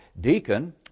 deacon